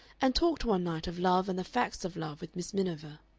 and talked one night of love and the facts of love with miss miniver.